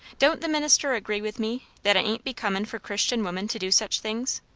don't the minister agree with me, that it ain't becomin' for christian women to do such things?